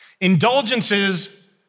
Indulgences